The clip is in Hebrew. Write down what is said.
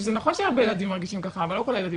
זה נכון שהרבה ילדים מרגישים ככה אבל לא כל הילדים